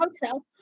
Hotel